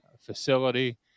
facility